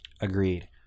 Agreed